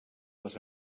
les